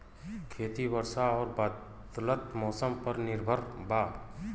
खेती वर्षा और बदलत मौसम पर निर्भर बा